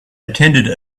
attended